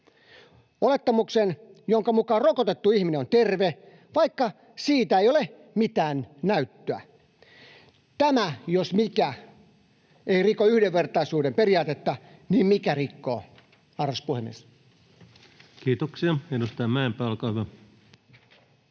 Olettamuksen, jonka mukaan rokotettu ihminen on terve, vaikka siitä ei ole mitään näyttöä. Jos tämä ei riko yhdenvertaisuuden periaatetta, niin mikä rikkoo, arvoisa puhemies? [Speech 8] Speaker: